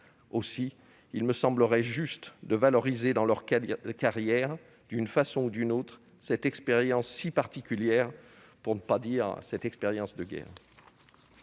Aussi me semblerait-il juste de valoriser, dans leurs carrières, d'une façon ou d'une autre, cette expérience si particulière, pour ne pas dire cette expérience de « guerre